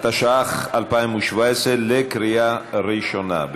התשע"ח 2017, בקריאה ראשונה.